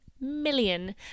million